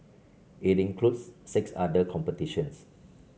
it includes six other competitions